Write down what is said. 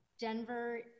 denver